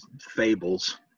fables